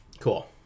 Cool